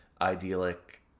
idyllic